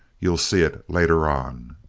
you'll see it later on.